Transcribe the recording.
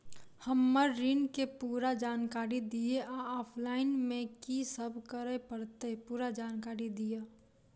हम्मर ऋण केँ पूरा जानकारी दिय आ ऑफलाइन मे की सब करऽ पड़तै पूरा जानकारी दिय?